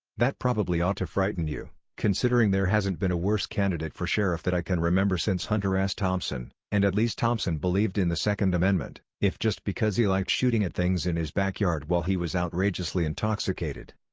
that probably ought to frighten you, considering there hasn't been a worse candidate for sheriff that i can remember since hunter s. thompson, and at least thompson believed in the second amendment, if just because he liked shooting at things in his backyard while he was outrageously intoxicated.